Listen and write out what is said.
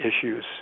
issues